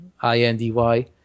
I-N-D-Y